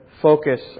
focus